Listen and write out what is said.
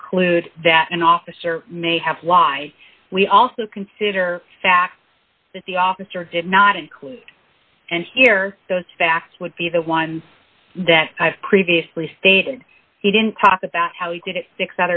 conclude that an officer may have why we also consider fact that the officer did not include and here those facts would be the ones that i've previously stated he didn't talk about how he did it six